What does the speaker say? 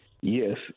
Yes